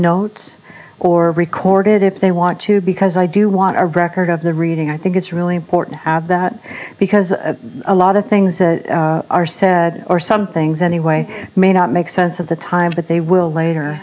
notes or recorded if they want to because i do want a record of the reading i think it's really important that because a lot of things that are said or some things anyway may not make sense of the time but they will later